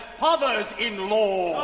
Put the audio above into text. fathers-in-law